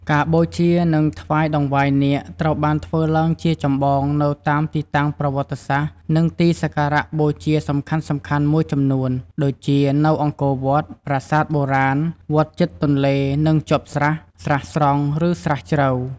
ការបូជា និងថ្វាយតង្វាយនាគត្រូវបានធ្វើឡើងជាចម្បងនៅតាមទីតាំងប្រវត្តិសាស្ត្រ និងទីសក្ការៈបូជាសំខាន់ៗមួយចំនួន ដូចជា នៅអង្គរវត្ត ប្រាសាទបុរាណ វត្តជិតទន្លេនិងជាប់ស្រះ ស្រះស្រង់ ឬ ស្រះជ្រៅ។